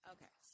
Okay